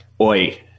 oi